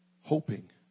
hoping